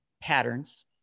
patterns